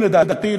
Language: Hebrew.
לדעתי,